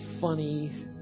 funny